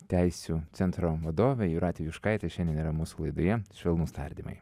teisių centro vadovė jūratė juškaitė šiandien yra mūsų laidoje švelnūs tardymai